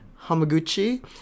hamaguchi